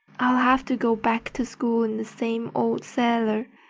i'll have to go back to school in the same old sailor.